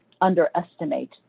underestimate